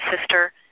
sister